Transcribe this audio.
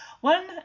One